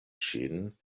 ŝin